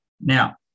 Now